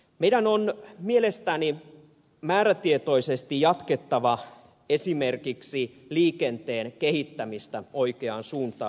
meidän on mielestäni määrätietoisesti jatkettava esimerkiksi liikenteen kehittämistä oikeaan suuntaan